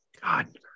God